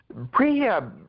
prehab